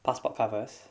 passport covers